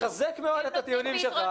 אני מחזק מאוד את הטיעונים שלך.